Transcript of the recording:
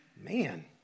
Man